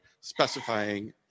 specifying